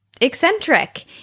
eccentric